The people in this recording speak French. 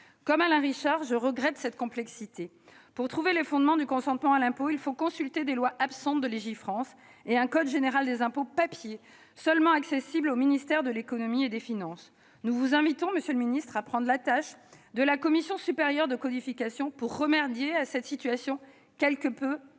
Comme Alain Richard, je regrette cette complexité : pour trouver les fondements du consentement à l'impôt, il faut consulter des lois absentes de Légifrance et un code général des impôts de papier, seulement accessible au ministère de l'économie et des finances ! Nous vous invitons, monsieur le secrétaire d'État, à prendre l'attache de la Commission supérieure de codification pour remédier à cette situation quelque peu